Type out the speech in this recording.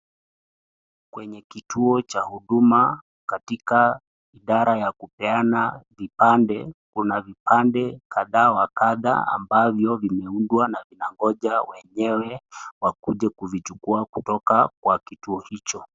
Kwenye kituo cha huduma katika idara ya kupeana vipande ,kuna vipande kadhaa wa kadhaa ambavyo vimeundwa na vinangoja wenyewe wakuje kuvichukua kutoka kwa kituo hicho.